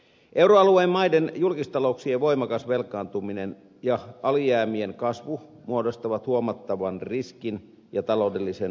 euroalueen maiden julkistalouksien voimakas velkaantuminen ja alijäämien kasvu muodostavat huomattavan riskin ja taloudellisen epätasapainotilan